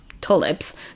tulips